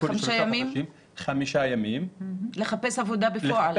כל שלושה חודשים חמישה ימים לחפש עבודה.